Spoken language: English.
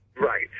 Right